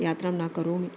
यात्रां न करोमि